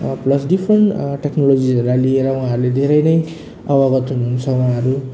plus different टेक्नोलोजीहरूलाई लिएर उहाँहरू धेरै अवगत हुनु हुन्छ उहाँहरू